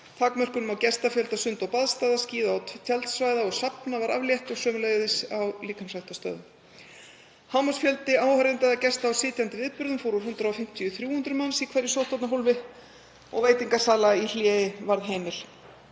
Takmörkunum á gestafjölda sund- og baðstaða, skíða- og tjaldsvæða og safna var aflétt og sömuleiðis á líkamsræktarstöðvum. Hámarksfjöldi áheyrenda eða gesta á sitjandi viðburðum fór úr 150 í 300 manns í hverju sóttvarnahólfi og veitingasala í hléi varð heimil.